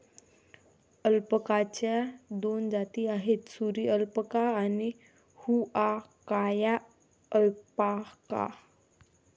अल्पाकाच्या दोन जाती आहेत, सुरी अल्पाका आणि हुआकाया अल्पाका